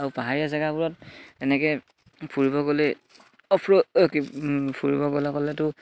আৰু পাহাৰীয়া জেগাবোৰত এনেকে ফুৰিব গ'লে অফি ফুৰিব গ'লে গ'লেতো